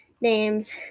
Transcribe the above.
Names